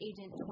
Agent